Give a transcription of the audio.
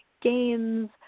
games